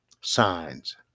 signs